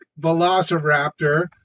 Velociraptor